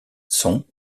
sont